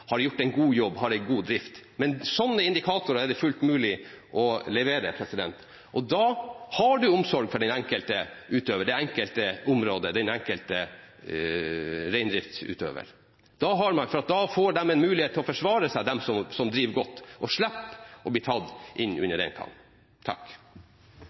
har gjort en god jobb og har en god drift. Men sånne indikatorer er det fullt mulig å levere. Da har man omsorg for den enkelte reindriftsutøver og det enkelte område, for da får de som driver godt, en mulighet til å forsvare seg, og man slipper at alle blir